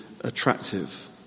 attractive